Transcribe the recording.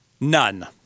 None